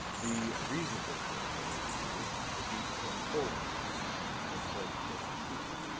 the reasonable thing for her to do would be to come forward and tell the plain truth.